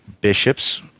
bishops